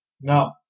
No